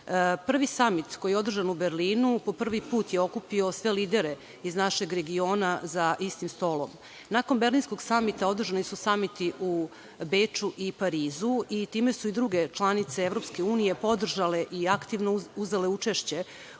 samit koji je održan u Berlinu, po prvi put je okupio sve lidere iz našeg regiona za istim stolom. Nakon Berlinskog samita održani su samiti u Beču i Parizu i time su i druge članice EU podržale i aktivno uzele učešće